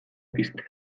piztea